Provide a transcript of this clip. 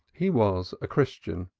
he was a christian